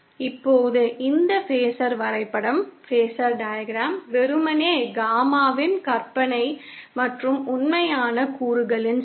இப்போது இந்த பேஸர் வரைபடம் வெறுமனே காமாவின் கற்பனை மற்றும் உண்மையான கூறுகளின் சதி